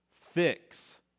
fix